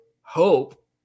Hope